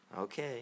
Okay